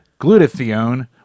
glutathione